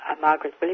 Margaret